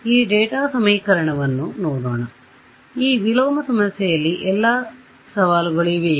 ಹಾಗಾದರೆ ಈ ವಿಲೋಮ ಸಮಸ್ಯೆಯಲ್ಲಿ ಎಲ್ಲಾ ಸವಾಲುಗಳಿವೆ